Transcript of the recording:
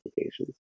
applications